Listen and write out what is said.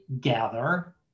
gather